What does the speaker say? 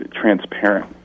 transparent